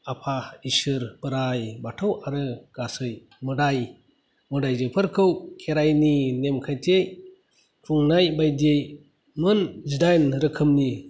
आफा इसोर बोराय बाथौ आरो गासै मोदाय मोदायजोफोरखौ खेरायनि नेम खान्थियै खुंनाय बायदियै मोन जिदाइन रोखोमनि